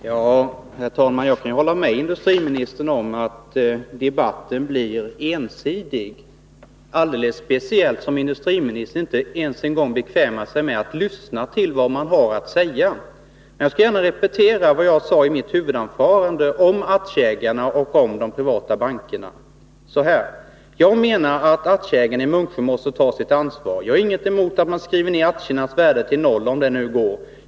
Herr talman! Jag kan hålla med industriministern om att debatten blir ensidig, alldeles speciellt som industriministern inte ens bekvämar sig med att lyssna till vad man har att säga. Jag skall gärna repetera vad jag sade i mitt huvudanförande om aktieägarna och de privata bankerna. Så här sade jag: ”Jag menar att aktieägarna i Munksjö måste ta sitt ansvar. Jag har inget emot att man skriver ned aktiernas värde till noll, om det nu går.